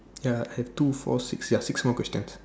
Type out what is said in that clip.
ya have two four six ya six more questions